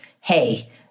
hey